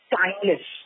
timeless